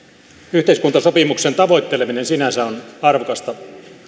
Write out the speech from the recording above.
yhteiskuntasopimuksen tavoitteleminen sinänsä on arvokasta